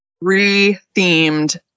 re-themed